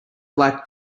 black